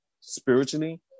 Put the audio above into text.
spiritually